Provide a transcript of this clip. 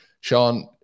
sean